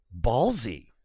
ballsy